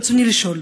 ברצוני לשאול: